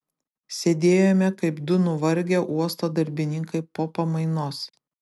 sėdėjome kaip du nuvargę uosto darbininkai po pamainos